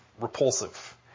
repulsive